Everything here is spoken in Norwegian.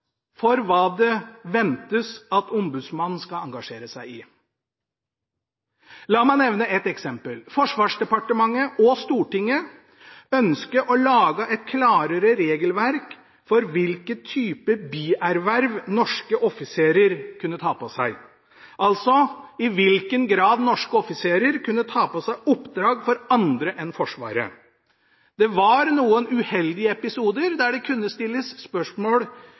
for hva som forventes at Ombudsmannen skal engasjere seg i. La meg nevne et eksempel: Forsvarsdepartementet og Stortinget ønsket å lage et klarere regelverk for hvilke typer bierverv norske offiserer kunne ta på seg, altså i hvilken grad norske offiserer kunne ta på seg oppdrag for andre enn Forsvaret. Det var noen uheldige episoder der det kunne stilles spørsmål